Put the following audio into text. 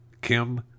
Kim